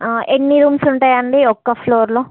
ఎన్ని రూమ్స్ ఉంటాయి అండి ఒక్క ఫ్లోర్లో